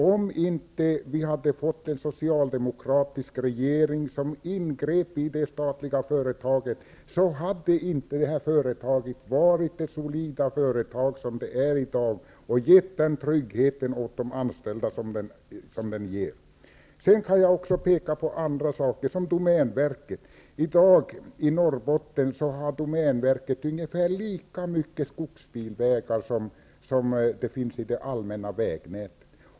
Om vi då inte hade fått en socialdemokratisk regering som ingrep i det statliga företaget, skulle LKAB inte vara det solida företag som det är i dag eller ge de anställda den trygghet som det ger. Sedan kan jag peka på t.ex. domänverket. I dag har domänverket i Norrbotten ungefär lika mycket av skogsbilvägar som det allmänna vägnätet.